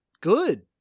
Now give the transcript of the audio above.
good